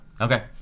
Okay